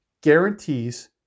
guarantees